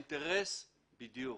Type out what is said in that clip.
בדיוק.